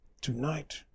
To-night